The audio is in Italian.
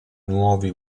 nuovi